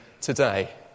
today